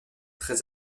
très